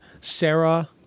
Sarah